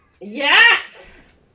Yes